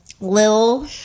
Lil